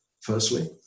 firstly